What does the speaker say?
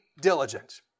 diligent